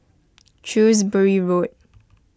Shrewsbury Road